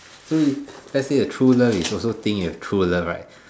so if let's say the true love is also think you true love right